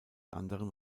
anderen